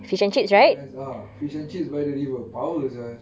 tu pun best ah fish and chips by the river power sia